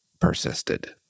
persisted